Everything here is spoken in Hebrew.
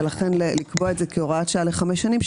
ולכן לקבוע את זה כהוראת שעה לחמש שנים,